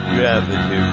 Gravity